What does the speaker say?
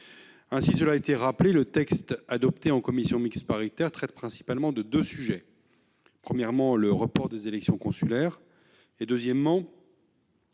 l'ont rappelé -, le texte adopté en commission mixte paritaire traite principalement de deux sujets : premièrement, le report des élections consulaires ; deuxièmement,